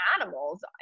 animals